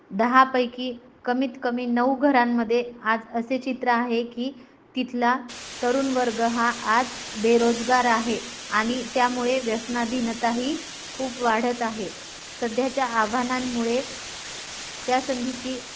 दहापैकी कमीत कमी नऊ घरांमध्ये आज असे चित्र आहे की तिथला तरुणवर्ग हा आज बेरोजगार आहे आणि त्यामुळे व्यसनाधिनताही खूप वाढत आहे सध्याच्या आव्हानांमुळे त्या संधीची